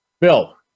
Bill